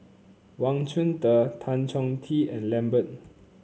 Wang Chunde Tan Chong Tee and Lambert